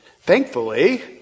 Thankfully